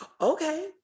okay